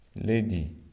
lady